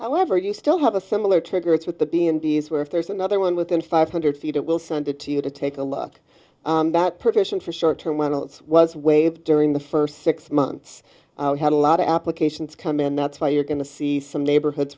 however you still have a similar trigger it's with the b and b s where if there's another one within five hundred feet it will send it to you to take a look that profession for short term when it was waived during the first six months had a lot of applications come in that's why you're going to see some neighborhoods